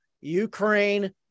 Ukraine